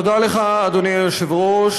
תודה לך, אדוני היושב-ראש.